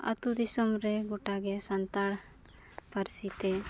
ᱟᱹᱛᱩ ᱫᱤᱥᱚᱢᱨᱮ ᱜᱚᱴᱟᱜᱮ ᱥᱟᱱᱛᱟᱲ ᱯᱟᱨᱥᱤᱛᱮ